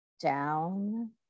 down